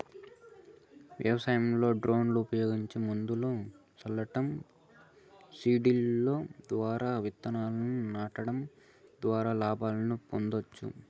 వ్యవసాయంలో డ్రోన్లు ఉపయోగించి మందును సల్లటం, సీడ్ డ్రిల్ ద్వారా ఇత్తనాలను నాటడం ద్వారా లాభాలను పొందొచ్చు